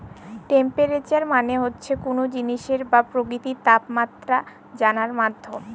temperature মানে হচ্ছে কোনো জিনিসের বা প্রকৃতির তাপমাত্রা জানার মাধ্যম